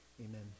amen